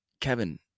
Kevin